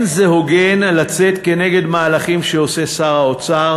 זה לא הוגן לצאת נגד מהלכים שעושה שר האוצר